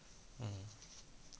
mm